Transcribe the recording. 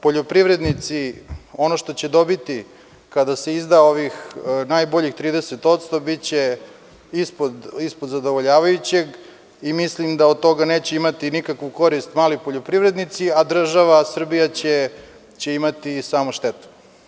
Poljoprivrednici, ono što će dobiti kada se izda ovih najboljih 30%, biće ispod zadovoljavajućeg i mislim da od toga neće imati nikakvu korist mali poljoprivrednici, a država Srbija će imati samo štetu.